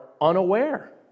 unaware